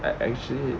I actually